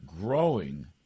growing